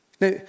Now